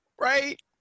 right